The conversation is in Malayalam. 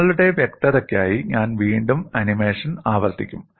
നിങ്ങളുടെ വ്യക്തതയ്ക്കായി ഞാൻ വീണ്ടും ആനിമേഷൻ ആവർത്തിക്കും